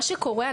מה שקורה,